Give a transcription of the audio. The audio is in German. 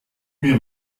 mir